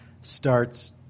starts